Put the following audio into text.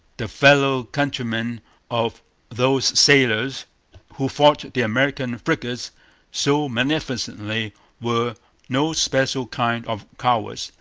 the fellow-countrymen of those sailors who fought the american frigates so magnificently were no special kind of cowards.